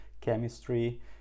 chemistry